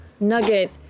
Nugget